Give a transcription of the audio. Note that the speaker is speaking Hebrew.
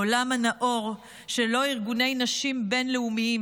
העולם הנאור שלו ארגוני נשים בין-לאומיים,